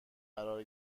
قرار